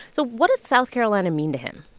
so what does south carolina mean to him?